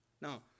Now